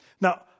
Now